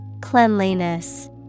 Cleanliness